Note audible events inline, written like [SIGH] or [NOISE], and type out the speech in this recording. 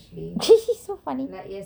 [LAUGHS] so funny